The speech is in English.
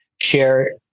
share